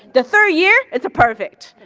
the third year, it's perfect.